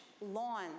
lawn